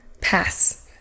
pass